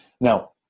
Now